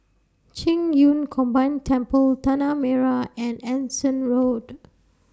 Qing Yun Combined Temple Tanah Merah and Anson Road